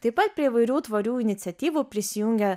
taip pat prie įvairių tvarių iniciatyvų prisijungia